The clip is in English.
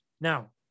Now